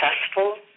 successful